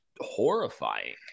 horrifying